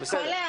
תודה.